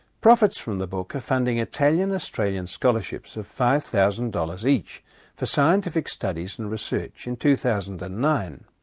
profits from the book are funding italian-australian scholarships of five thousand dollars each for scientific studies and research in two thousand and nine.